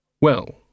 Well